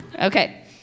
Okay